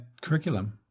curriculum